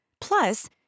Plus